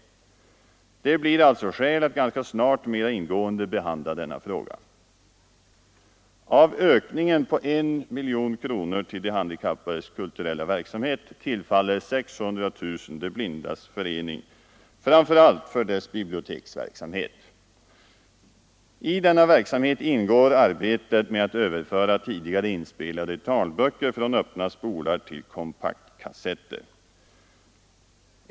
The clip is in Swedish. Det blir alltså skäl att ganska snart mera ingående behandla denna fråga. Av ökningen på 1 miljon kronor till de handikappades kulturella verksamhet tillfaller 600 000 kronor De blindas förening, framför allt för dess biblioteksverksamhet. I denna verksamhet ingår arbetet med att överföra tidigare inspelade talböcker från öppna spolar till kompaktkassetter.